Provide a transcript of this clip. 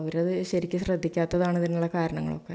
അവരത് ശെരിക്കും ശ്രദ്ധിക്കാത്തതാണ് ഇതിനുള്ള കാരണങ്ങളൊക്കെ